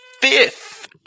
fifth